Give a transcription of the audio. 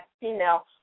female